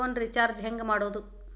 Phone recharge ಹೆಂಗೆ ಮಾಡೋದು?